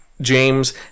James